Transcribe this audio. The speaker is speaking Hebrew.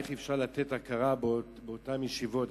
איך אפשר לתת הכרה באותן ישיבות.